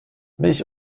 milch